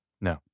No